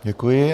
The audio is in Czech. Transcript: Děkuji.